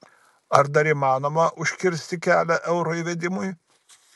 ar dar įmanoma užkirsti kelią euro įvedimui